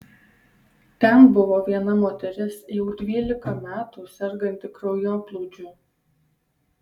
ten buvo viena moteris jau dvylika metų serganti kraujoplūdžiu